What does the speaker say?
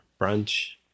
brunch